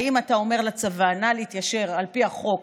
האם אתה אומר לצבא: נא להתיישר על פי החוק,